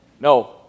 No